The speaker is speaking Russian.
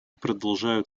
продолжают